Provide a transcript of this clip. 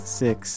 six